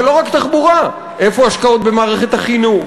אבל לא רק תחבורה: איפה ההשקעות במערכת החינוך?